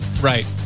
Right